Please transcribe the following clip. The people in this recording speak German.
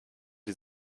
die